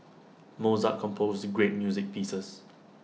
Mozart composed great music pieces